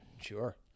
Sure